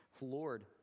Lord